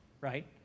right